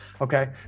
Okay